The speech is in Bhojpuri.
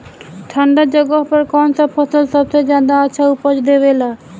ठंढा जगह पर कौन सा फसल सबसे ज्यादा अच्छा उपज देवेला?